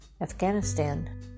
Afghanistan